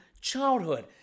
childhood